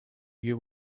you